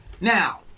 Now